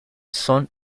son